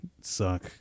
suck